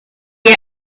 you